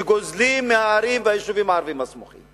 שגוזלים מהערים והיישובים הערביים הסמוכים.